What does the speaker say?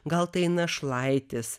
gal tai našlaitis